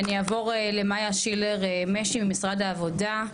אני אעבור למאיה מילר משי ממשרד העבודה,